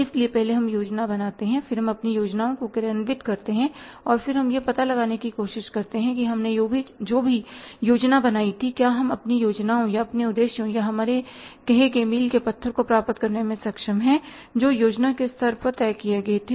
इसलिए पहले हम योजना बनाते हैं फिर हम अपनी योजनाओं को क्रियान्वित करते हैं और फिर हम यह पता लगाने की कोशिश करते हैं कि हमने जो भी योजना बनाई थी क्या हम अपनी योजनाओं या अपने उद्देश्यों या हमारे कहे गए मील के पत्थर को प्राप्त करने में सक्षम हैं जो योजना के स्तर पर तय किए गए थे